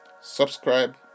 Subscribe